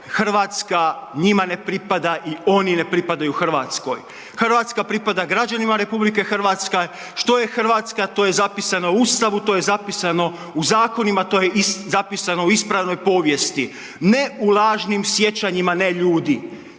Hrvatska njima ne pripada i oni ne pripadaju Hrvatskoj. Hrvatska pripada građanima RH, što je Hrvatska, to je zapisano u Ustavu, to je zapisano u zakonima, to je zapisano u ispravnoj povijesti, ne u lažnim sjećanjima neljudi.